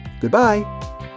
Goodbye